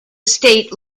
state